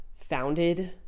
founded